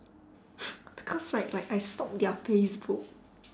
because right like I stalked their facebook